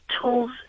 tools